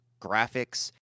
graphics